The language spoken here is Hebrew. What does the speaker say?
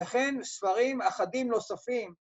‫לכן ספרים אחדים נוספים.